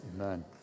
Amen